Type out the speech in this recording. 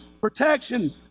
protection